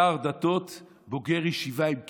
שר הדתות הוא בוגר ישיבה עם כיפה.